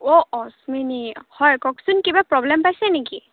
অ' অশ্মিনী হয় কওকচোন কিবা প্ৰব্লেম পাইছে নেকি